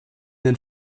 den